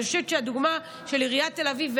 אני חושבת שהדוגמה היא של עיריית תל אביב,